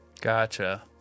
gotcha